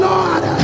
Lord